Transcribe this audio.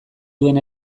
duen